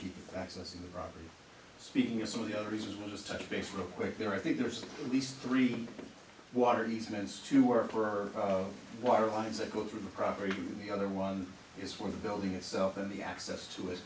keep accessing the property speaking of some of the other reasons we'll just touch base real quick there i think there's at least three water easements to work for water lines echoed through the property to the other one is for the building itself and the access to it